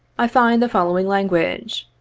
i find the following language